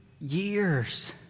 years